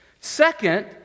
Second